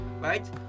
right